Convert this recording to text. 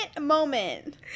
moment